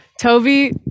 toby